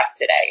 today